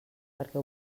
perquè